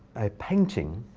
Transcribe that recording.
a painting.